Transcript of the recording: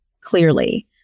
clearly